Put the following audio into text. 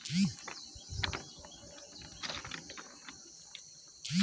Savings account এ কতো টাকা অবধি ট্রানসাকশান করা য়ায়?